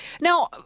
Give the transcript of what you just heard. Now